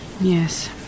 Yes